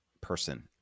person